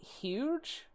huge